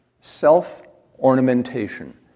Self-ornamentation